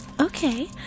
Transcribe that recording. Okay